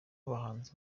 abahanzi